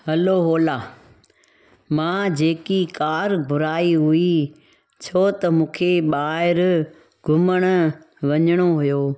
हलो ओला मां जेकी कार घुराई हुई छो त मूंखे ॿाहिरि घुमणु वञिणो हुयो